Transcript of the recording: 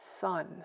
Son